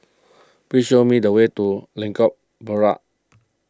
please show me the way to Lengkok Merak